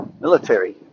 military